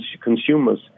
consumers